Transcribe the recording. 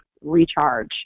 recharge